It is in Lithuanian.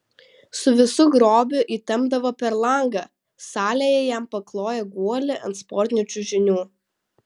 su visu grobiu įtempdavo per langą salėje jam pakloję guolį ant sportinių čiužinių